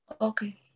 Okay